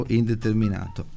indeterminato